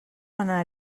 anar